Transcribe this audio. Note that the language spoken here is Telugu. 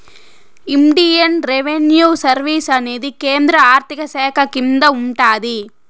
ఇండియన్ రెవిన్యూ సర్వీస్ అనేది కేంద్ర ఆర్థిక శాఖ కింద ఉంటాది